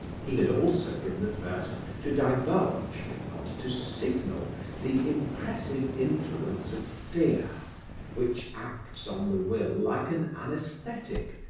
he had also been the first to divulge, if not to signal the impressive influence of fear which acts on the will like an anaesthetic,